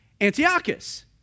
Antiochus